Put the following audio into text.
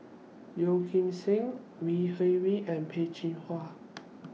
Yeo Kim Seng Au Hing Yee and Peh Chin Hua